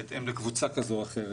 בהתאם לקבוצה כזו או אחרות.